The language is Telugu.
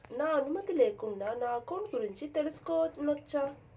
నా అనుమతి లేకుండా నా అకౌంట్ గురించి తెలుసుకొనొచ్చా?